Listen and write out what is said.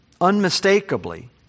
unmistakably